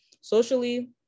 Socially